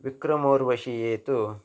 विक्रमोर्वशीये तु